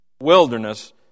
wilderness